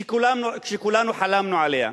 שכולנו חלמנו עליה.